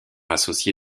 associé